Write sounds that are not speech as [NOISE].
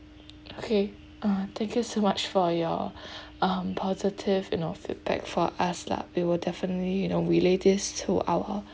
okay uh thank you so much for your [BREATH] um positive you know feedback for us lah we will definitely you know relay this to our